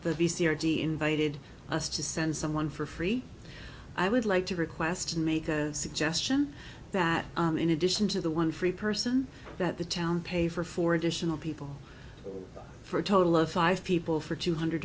the b c or d invited us to send someone for free i would like to request and make a suggestion that in addition to the one free person that the town pay for four additional people for a total of five people for two hundred